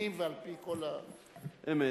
על-פי תקנים ועל-פי כל, אמת.